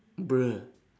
bruh